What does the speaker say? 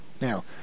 Now